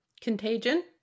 contagion